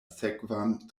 sekvan